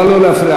אבל לא להפריע,